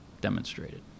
demonstrated